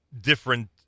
different